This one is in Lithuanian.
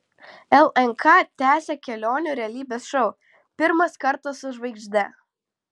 lnk tęsia kelionių realybės šou pirmas kartas su žvaigžde